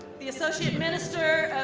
the associate minister